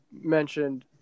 mentioned